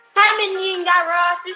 hi, mindy and guy raz.